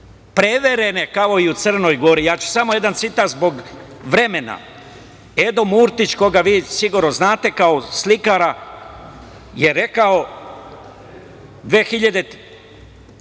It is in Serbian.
preverene, kao i u Crnoj Gori. Ja ću samo jedan citat zbog vremena. Edo Murtić, koga vi sigurno znate kao slikara, 2003.